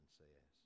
says